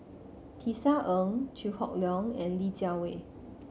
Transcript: Tisa Ng Chew Hock Leong and Li Jiawei